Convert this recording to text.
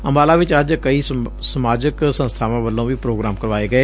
ਅੰਬਾਲਾ ਚ ਅੱਜ ਕਈ ਸਮਾਜਿਕ ਸੰਸਬਾਵਾਂ ਵਲੋ ਵੀ ਪ੍ਰੋਗਰਾਮ ਕਰਵਾਏ ਗਏ